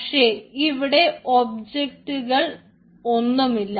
പക്ഷേ ഇവിടെ ഒബ്ജക്റ്റ്കൾ ഒന്നുമില്ല